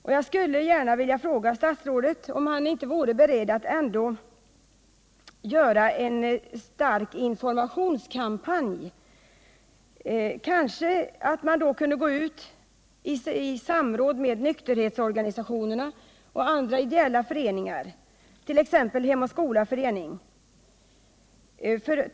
Därför skulle jag gärna vilja fråga statsrådet om han inte vore beredd att medverka till att en stark informationskampanj görs. Man skulle kanske kunna gå ut med en sådan i samråd med nykterhetsorganisationerna och andra ideella föreningar, t.ex. Hem och skola-föreningen.